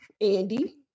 Andy